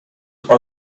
are